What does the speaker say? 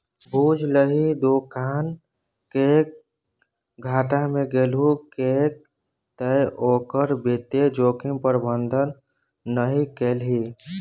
बुझलही दोकान किएक घाटा मे गेलहु किएक तए ओकर वित्तीय जोखिम प्रबंधन नहि केलही